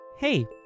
Hey